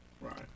Right